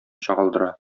чагылдыра